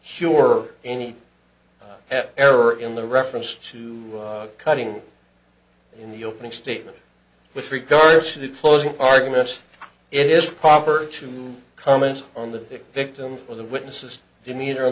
sure any error in the reference to cutting in the opening statement with regards to closing arguments it is proper to comment on the victim or the witnesses demeanor